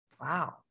Wow